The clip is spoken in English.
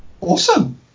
Awesome